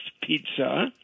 pizza